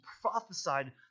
prophesied